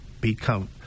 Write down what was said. become